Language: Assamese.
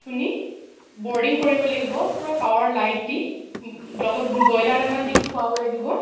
আপুনি বৰ্ডিং কৰিব লাগিব পূৰা পাৱাৰ লাইট দি লগত ব্ৰইলাৰ দানা দি খোৱাব লাগিব